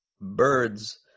birds